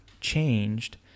changed